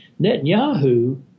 Netanyahu